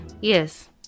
Yes